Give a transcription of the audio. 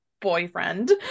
boyfriend